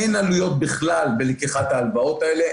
אין עלויות בכלל בלקיחת ההלוואות האלה.